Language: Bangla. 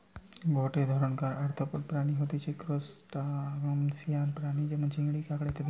গটে ধরণকার আর্থ্রোপড প্রাণী হতিছে ত্রুসটাসিয়ান প্রাণী যেমন চিংড়ি, কাঁকড়া ইত্যাদি